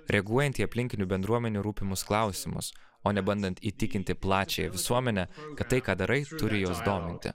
reaguojant į aplinkinių bendruomenių rūpimus klausimus o ne bandant įtikinti plačiąją visuomenę kad tai ką darai turi juos dominti